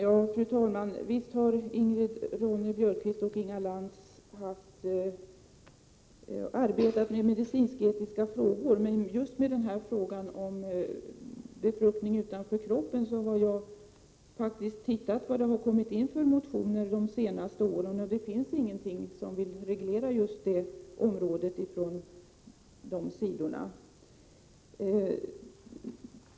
Fru talman! Visst har Ingrid Ronne-Björkqvist och Inga Lantz engagerat sig i medicinsk-etiska frågor. Men jag har faktiskt undersökt vilka motioner som under de senaste åren har väckts i frågan om befruktning utanför kroppen och funnit att det från deras sida inte har motionerats om reglering på just detta område.